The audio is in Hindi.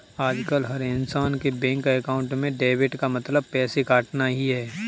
आजकल हर इन्सान के बैंक अकाउंट में डेबिट का मतलब पैसे कटना ही है